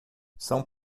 são